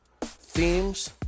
themes